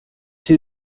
two